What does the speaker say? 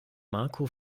marco